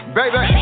Baby